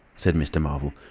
said mr. marvel.